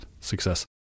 success